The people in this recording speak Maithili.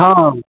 हँ